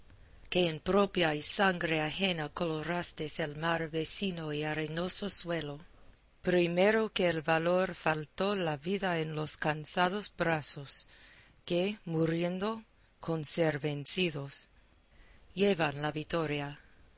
que en propia y sangre ajena colorastes el mar vecino y arenoso suelo primero que el valor faltó la vida en los cansados brazos que muriendo con ser vencidos llevan la vitoria